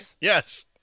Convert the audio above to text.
Yes